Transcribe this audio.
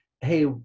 hey